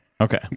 Okay